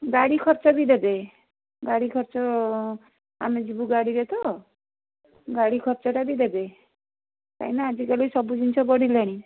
ଗାଡ଼ି ଖର୍ଚ୍ଚ ବି ଦେବେ ଗାଡ଼ି ଖର୍ଚ୍ଚ ଆମେ ଯିବୁ ଗାଡ଼ିରେ ତ ଗାଡ଼ି ଖର୍ଚ୍ଚଟା ବି ଦେବେ କାହିଁକି ନା ଆଜିକାଲି ସବୁ ଜିନିଷ ବଢ଼ିଲାଣି